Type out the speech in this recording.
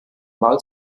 wahl